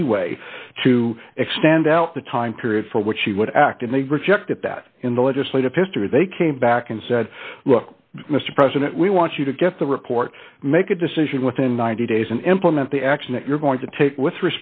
leeway to extend out the time period for which she would act and they rejected that in the legislative history they came back and said look mr president we want you to get the report make a decision within ninety days and implement the action that you're going to take with